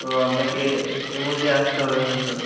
তো আপনাকে এর মধ্যে আসতে হবে হয়তো